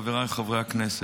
חבריי חברי הכנסת,